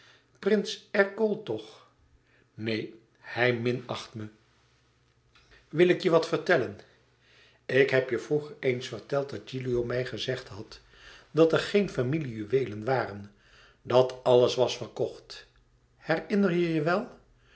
prins ercole toch neen hij minacht me wil ik je wat vertellen ik heb je vroeger eens verteld dat gilio mij gezegd had dat er geen familie juweelen waren dat alles was verkocht herinner je je wel